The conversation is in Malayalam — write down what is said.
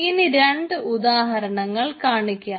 ഇനി രണ്ട് ഉദാഹരണങ്ങൾ കാണിക്കാം